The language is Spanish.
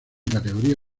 categoría